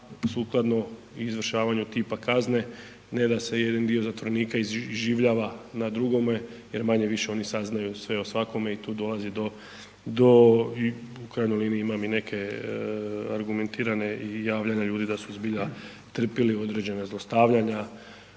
sukladno izvršavanju tipa kazne, ne da se jedan dio zatvorenika iživljava na drugome jer manje-više oni saznaju sve o svakome i tu dolazi do, u krajnjoj liniji imam i neke argumentirane i javljanja ljudi da su zbilja trpili određena zlostavljanja,